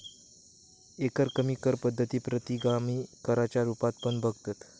एकरकमी कर पद्धतीक प्रतिगामी कराच्या रुपात पण बघतत